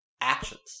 actions